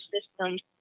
systems